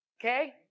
Okay